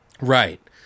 right